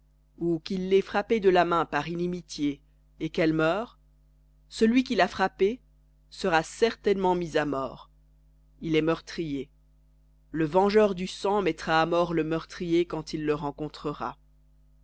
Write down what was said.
ou qu'il l'ait frappée de la main par inimitié et qu'elle meure celui qui l'a frappée sera certainement mis à mort il est meurtrier le vengeur du sang mettra à mort le meurtrier quand il le rencontrera